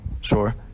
sure